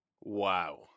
Wow